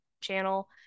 channel